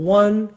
one